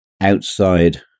outside